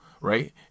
right